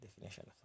definition